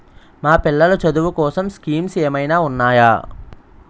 మా పిల్లలు చదువు కోసం స్కీమ్స్ ఏమైనా ఉన్నాయా?